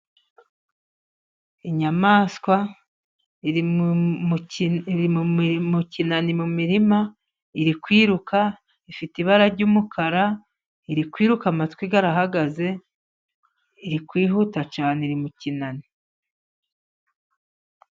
Inyamaswa iri mu kinani mu mirima iri kwiruka ifite ibara ry'umukara, iri kwiruka amatwi arahagaze iri kwihuta cyane iri mukinani.